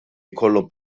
jkollhom